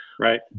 Right